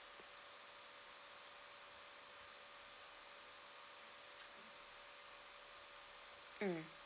mm